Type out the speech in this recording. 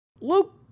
Luke